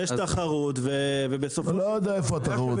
כי יש תחרות ובסופו של דבר --- לא יודע איפה תחרות.